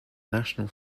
national